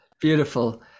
Beautiful